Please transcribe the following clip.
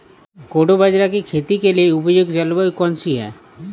कोडो बाजरा की खेती के लिए उपयुक्त जलवायु कौन सी है?